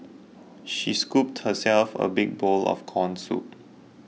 she scooped herself a big bowl of Corn Soup